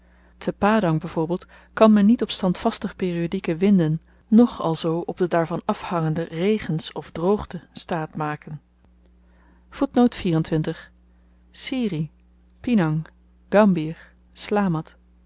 te padang byv kan men niet op standvastig periodieke winden noch alzoo op de daarvan af hangende regens of droogte staat maken sirih piank gambier slamat